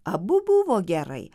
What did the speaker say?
abu buvo gerai